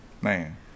Man